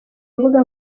imbuga